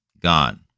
God